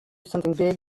something